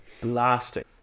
blasting